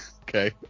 Okay